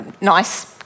nice